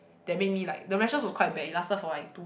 that make me like the rashes were quite bad it lasted for like two